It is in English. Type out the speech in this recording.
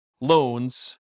loans